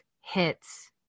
hits